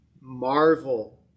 marvel